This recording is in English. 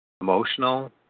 emotional